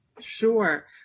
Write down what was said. Sure